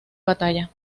batalla